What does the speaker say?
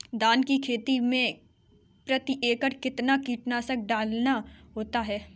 धान की खेती में प्रति एकड़ कितना कीटनाशक डालना होता है?